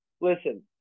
listen